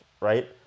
right